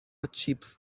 چیپس